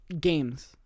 games